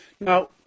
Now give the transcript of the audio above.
Now